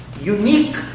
unique